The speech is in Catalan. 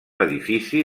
edifici